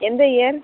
எந்த இயர்